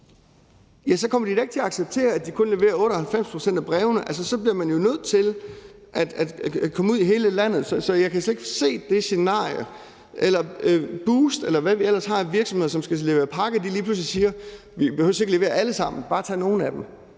så kommer de da ikke til at acceptere, at der kun bliver leveret 98 pct. af brevene. Så bliver man jo nødt til at komme ud i hele landet. Så jeg kan slet ikke se det scenarie, eller at Boozt, eller hvad vi ellers har af virksomheder, som skal levere pakker, lige pludselig siger: Vi behøver ikke levere dem alle sammen, bare tag nogle af dem.